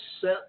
set